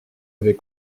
avez